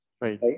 right